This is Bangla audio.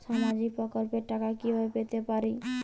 সামাজিক প্রকল্পের টাকা কিভাবে পেতে পারি?